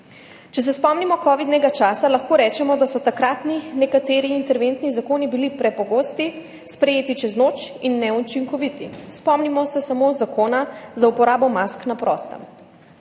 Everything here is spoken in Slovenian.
Če se spomnimo kovidnega časa, lahko rečemo, da so bili nekateri takratni interventni zakoni prepogosti, sprejeti čez noč in neučinkoviti. Spomnimo se samo zakona za uporabo mask na prostem.